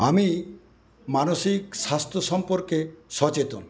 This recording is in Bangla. আমি মানসিক স্বাস্থ্য সম্পর্কে সচেতন